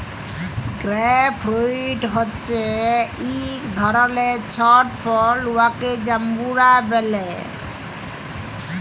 grape fruit হছে ইক ধরলের ছট ফল উয়াকে জাম্বুরা ব্যলে